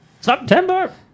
September